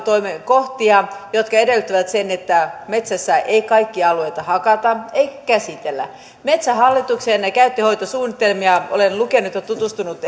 kohtia jotka edellyttävät että metsässä ei kaikkia alueita hakata eikä käsitellä metsähallituksen käyttö ja hoitosuunnitelmia olen lukenut ja tutustunut